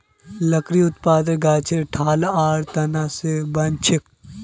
लकड़ी उत्पादन गाछेर ठाल आर तना स बनछेक